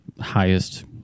highest